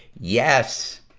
yes!